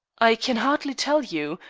i can hardly tell you.